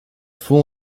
faut